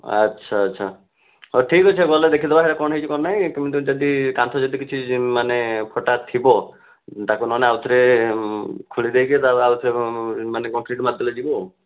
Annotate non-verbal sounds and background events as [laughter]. ଆଚ୍ଛା ଆଚ୍ଛା ହଉ ଠିକ୍ ଅଛି ଆଉ ଗଲେ ଦେଖିଦେବା [unintelligible] କ'ଣ ହେଇଛି କ'ଣ ନାହିଁ କିନ୍ତୁ ଯଦି କାନ୍ଥ ଯଦି କିଛି ମାନେ ଫଟା ଥିବ ତାକୁ ନହେଲେ ଆଉ ଥରେ ଖୋଲିଦେଇକି [unintelligible] ଆଉ ଥରେ ମାନେ କଂକ୍ରିଟ୍ ମାରିଦେଲେ ଯିବ